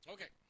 Okay